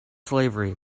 slavery